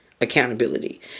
accountability